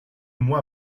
mois